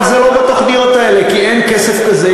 זה לא בתוכניות האלה כי אין כסף כזה,